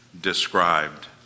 described